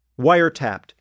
wiretapped